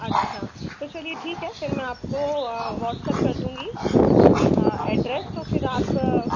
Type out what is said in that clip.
अच्छा तो चलिए ठीक फ़िर मैं आपको व्हाट्सअप कर दूँगी एड्रेस तो फ़िर आप